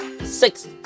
six